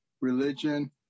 religion